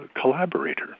collaborator